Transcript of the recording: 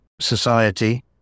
society